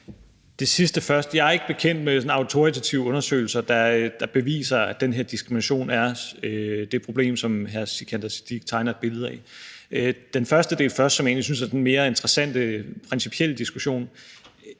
jeg sige, at jeg ikke er bekendt med autoritative undersøgelser, der beviser, at der er det problem med diskrimination, som hr. Sikandar Siddique tegner et billede af. Til den første del, som jeg egentlig synes er en mere interessant principiel diskussion,